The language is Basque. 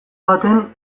baten